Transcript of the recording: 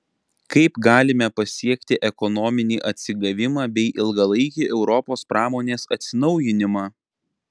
kaip galime pasiekti ekonominį atsigavimą bei ilgalaikį europos pramonės atsinaujinimą